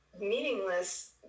meaningless